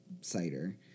cider